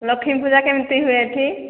ଲକ୍ଷ୍ମୀ ପୂଜା କେମିତି ହୁଏ ଏଠି